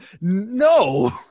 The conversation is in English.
No